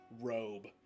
robe